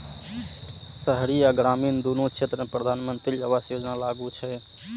शहरी आ ग्रामीण, दुनू क्षेत्र मे प्रधानमंत्री आवास योजना लागू छै